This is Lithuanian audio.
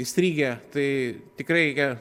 įstrigę tai tikrai reikia